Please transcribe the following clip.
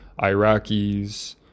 Iraqis